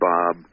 Bob